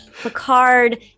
Picard